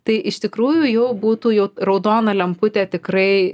tai iš tikrųjų jau būtų jau raudona lemputė tikrai